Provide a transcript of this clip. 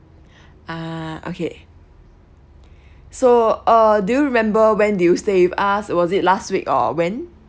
ah okay so uh do you remember when do you stayed with us was it last week or when